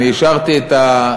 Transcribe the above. אני השארתי את,